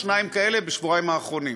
היו שתיים כאלה רק בשבועיים האחרונים,